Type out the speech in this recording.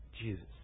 Jesus